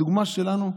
הדוגמה שלנו,